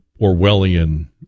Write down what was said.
Orwellian